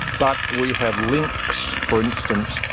but we have links, for instance,